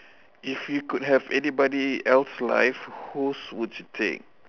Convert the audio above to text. if you could have anybody else life whose would you take